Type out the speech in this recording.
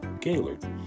Gaylord